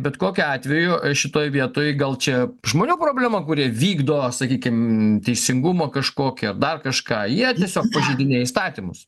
bet kokiu atveju šitoj vietoj gal čia žmonių problema kurie vykdo sakykim teisingumą kažkokį ar dar kažką jie tiesiog pažeidinėja įstatymus